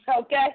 Okay